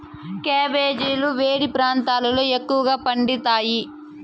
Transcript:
క్యాబెజీలు వేడి ప్రాంతాలలో ఎక్కువగా పండుతాయి